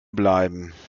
bleiben